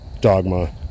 dogma